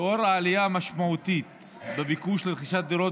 לאור העלייה המשמעותית בביקוש לרכישת דירות